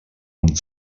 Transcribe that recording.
amb